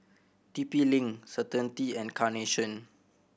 T P Link Certainty and Carnation